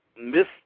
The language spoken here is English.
Miss